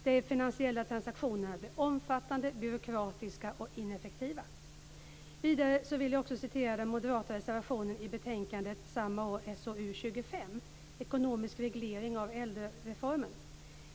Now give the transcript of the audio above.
De finansiella transaktionerna blir omfattande, byråkratiska och ineffektiva. Vidare vill jag citera den moderata reservationen i betänkande SoU25 samma år, Ekonomisk reglering av äldrereformen.